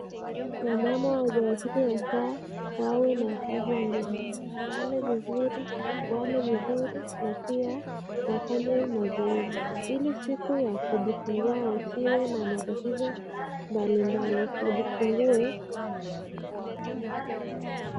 Wamama wajawazito yafaa wawe na afya njema, walale vizuri, wale vizuri na pia wafanye mazoezi ili siku ya kujifungua wasiwe na matatizo mbali mbali. Wajifungue.